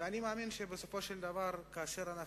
ואני מאמין שבסופו של דבר כשאנו